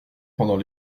pendant